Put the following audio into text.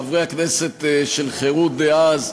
חברי הכנסת של חרות דאז,